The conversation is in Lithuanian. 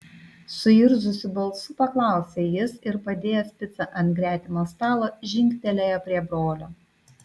suirzusiu balsu paklausė jis ir padėjęs picą ant gretimo stalo žingtelėjo prie brolio